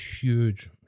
huge